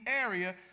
area